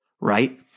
right